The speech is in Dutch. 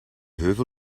heuvel